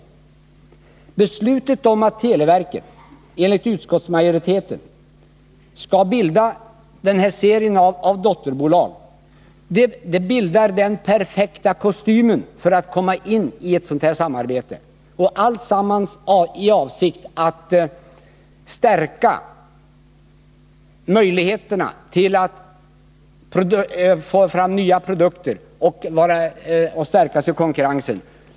Förslaget att televerket — enligt utskottsmajoriteten — skall bilda den här serien av dotterbolag utgör den perfekta kostymen för ett sådant samarbete; allt i avsikt att öka möjligheterna att få fram nya produkter och att bättre kunna hävda sig i konkurrensen.